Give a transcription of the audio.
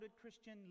Christian